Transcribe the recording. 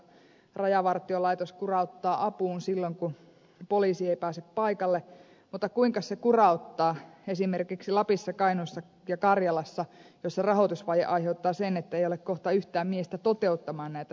rajavartiolaitos kurauttaa apuun silloin kun poliisi ei pääse paikalle mutta kuinka se kurauttaa esimerkiksi lapissa kainuussa ja karjalassa missä rahoitusvaje aiheuttaa sen että ei ole kohta yhtään miestä toteuttamaan näitä hienoja visioita